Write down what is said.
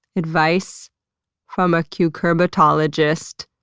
advice from a cucurbitologist.